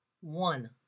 One